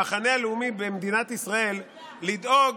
המחנה הלאומי במדינת ישראל, לדאוג